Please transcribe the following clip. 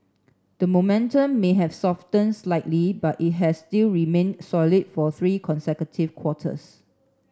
the momentum may have softened slightly but it has still remained solid for three consecutive quarters